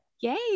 Yay